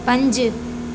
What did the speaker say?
पंज